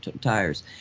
tires